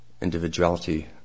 Individuality